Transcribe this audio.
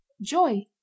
Joy